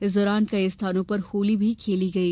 इस दौरान कई स्थानों पर होली भी खेली गई